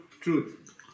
Truth